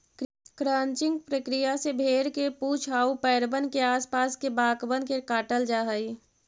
crutching प्रक्रिया से भेंड़ के पूछ आउ पैरबन के आस पास के बाकबन के काटल जा हई